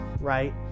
right